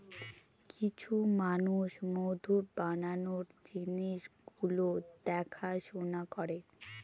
কিছু মানুষ মধু বানানোর জিনিস গুলো দেখাশোনা করে